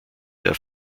der